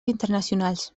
internacionals